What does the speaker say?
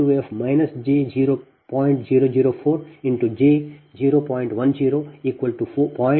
004 ಆದ್ದರಿಂದ V 3f V 2f j0